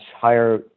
higher